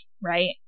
right